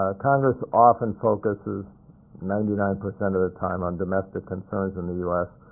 ah congress often focuses ninety nine percent of the time on domestic concerns in the u s.